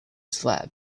slab